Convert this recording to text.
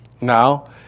Now